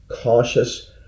cautious